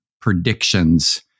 predictions